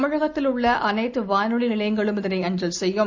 தமிழகத்தில் உள்ள அனைத்து வானொலி நிலையங்களும் இதனை அஞ்சல் செய்யும்